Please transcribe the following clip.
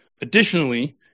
Additionally